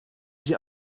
sie